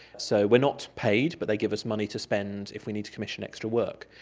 so we are not paid but they give us money to spend if we need to commission extra work.